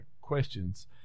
questions